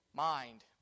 mind